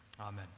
amen